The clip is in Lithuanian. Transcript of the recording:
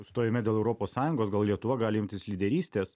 stojime dėl europos sąjungos gal lietuva gali imtis lyderystės